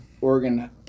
Oregon